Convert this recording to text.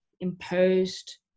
imposed